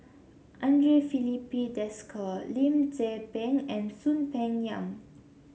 Andre Filipe Desker Lim Tze Peng and Soon Peng Yam